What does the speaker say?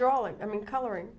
drawing i mean coloring